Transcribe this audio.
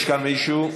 יש כאן מישהו?